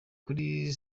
kuri